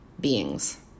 beings